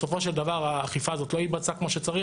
בסופו של דבר האכיפה הזאת לא התבצעה כמו שצריך,